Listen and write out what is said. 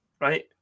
right